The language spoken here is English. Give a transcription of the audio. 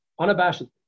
unabashedly